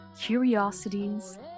curiosities